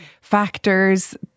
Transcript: factors